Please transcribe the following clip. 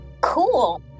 Cool